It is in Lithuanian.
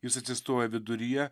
jis atsistoja viduryje